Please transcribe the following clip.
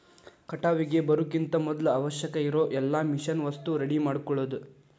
ಕಟಾವಿಗೆ ಬರುಕಿಂತ ಮದ್ಲ ಅವಶ್ಯಕ ಇರು ಎಲ್ಲಾ ಮಿಷನ್ ವಸ್ತು ರೆಡಿ ಮಾಡ್ಕೊಳುದ